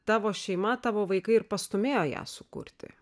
tavo šeima tavo vaikai ir pastūmėjo ją sukurti